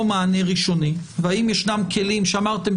מענה ראשוני והאם ישנם כלים שאמרתם,